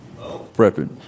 prepping